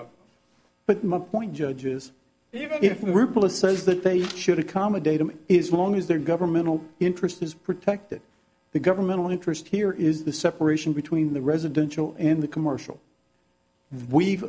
of but my point judges if we're bullish says that they should accommodate him is long as their governmental interest is protected the governmental interest here is the separation between the residential and the commercial we've